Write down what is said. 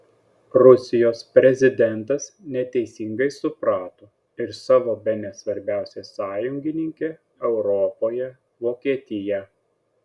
rusijos prezidentas neteisingai suprato ir savo bene svarbiausią sąjungininkę europoje vokietiją